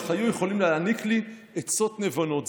החיים יכולים להעניק לי עצות נבונות.